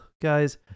Guys